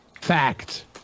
Fact